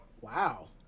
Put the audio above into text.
wow